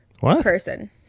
person